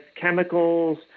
chemicals